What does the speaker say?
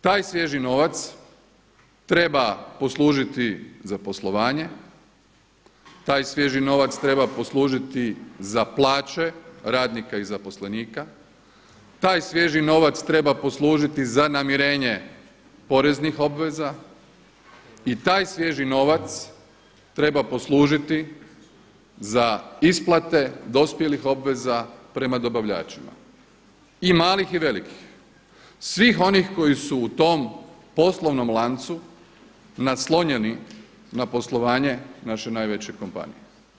Taj svježi novac treba poslužiti za poslovanje, taj svježi novac treba poslužiti za plaće radnika i zaposlenika, taj svježi novac treba poslužiti za namirenje poreznih obveza i taj svježi novac treba poslužiti za isplate dospjelih obveza prema dobavljačima i malih i velikih, svih onih koji su u tom poslovnom lancu naslonjeni na poslovanje naše najveće kompanije.